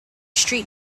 street